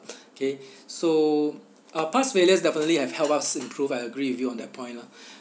okay so uh past failures definitely have helped us improve I agree with you on that point lah